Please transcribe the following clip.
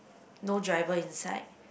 no driver inside